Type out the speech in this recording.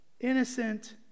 innocent